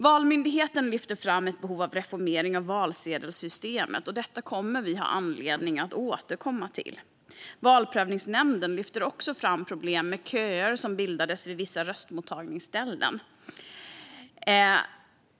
Valmyndigheten lyfter fram ett behov av reformering av valsedelssystemet, och detta kommer vi att ha anledning att återkomma till. Valprövningsnämnden lyfter fram problemen med köer som bildades vid vissa röstmottagningsställen.